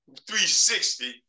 360